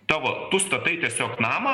tavo tu statai tiesiog namą